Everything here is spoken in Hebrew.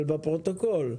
אבל בפרוטוקול.